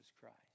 Christ